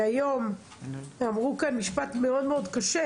נאמר פה משפט מאוד קשה